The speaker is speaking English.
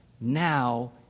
now